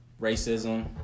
racism